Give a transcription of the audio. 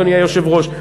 אדוני היושב-ראש,